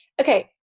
okay